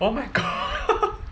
oh my god